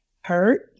hurt